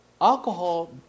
Alcohol